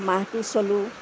মাহটো চলোঁ